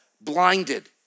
Blinded